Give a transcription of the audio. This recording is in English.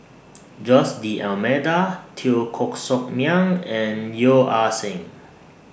Jose D'almeida Teo Koh Sock Miang and Yeo Ah Seng